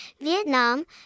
Vietnam